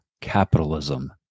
capitalism